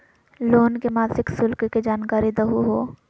Loan के मासिक शुल्क के जानकारी दहु हो?